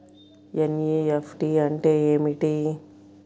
NEFT అంటే ఏమిటి?